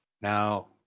Now